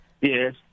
Yes